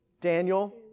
Daniel